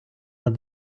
над